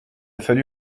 fallu